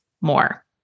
more